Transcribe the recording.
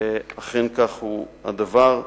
ואכן כך הוא הדבר.